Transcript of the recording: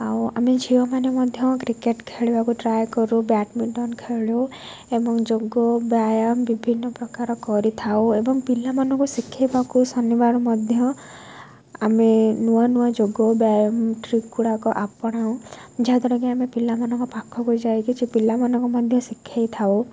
ଆଉ ଆମେ ଝିଅମାନେ ମଧ୍ୟ କ୍ରିକେଟ୍ ଖେଳିବାକୁ ଟ୍ରାଏ କରୁ ବ୍ୟାଡ଼ମିଣ୍ଟନ୍ ଖେଳୁ ଏବଂ ଯୋଗ ବ୍ୟାୟାମ ବିଭିନ୍ନ ପ୍ରକାର କରିଥାଉ ଏବଂ ପିଲାମାନଙ୍କୁ ଶିଖାଇବାକୁ ଶନିବାର ମଧ୍ୟ ଆମେ ନୂଆ ନୂଆ ଯୋଗ ବ୍ୟାୟାମ ଟ୍ରିକ୍ଗୁଡ଼ାକ ଆପଣାଉ ଯାହାଦ୍ୱାରାକି ଆମେ ପିଲାମାନଙ୍କ ପାଖକୁ ଯାଇକରି ପିଲାମାନଙ୍କୁ ମଧ୍ୟ ଶିଖାଇଥାଉ